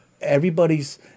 Everybody's